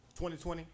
2020